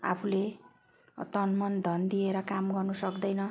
आफूले तन मन धन दिएर काम गर्नु सक्दैन